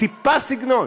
טיפה סגנון.